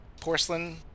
porcelain